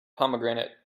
pomegranate